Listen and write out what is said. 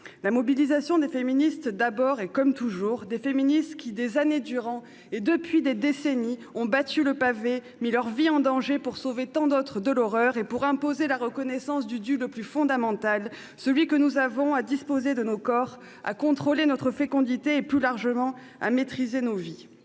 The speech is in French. la mobilisation des féministes qui, comme toujours, des années durant et depuis des décennies, ont battu le pavé et mis leur vie en danger pour sauver tant d'autres de l'horreur et pour imposer la reconnaissance de ce dû le plus fondamental, celui que nous avons à disposer de nos corps, à contrôler notre fécondité et, plus largement, à maîtriser nos vies.